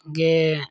ᱜᱮ